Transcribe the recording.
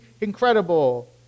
incredible